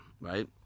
right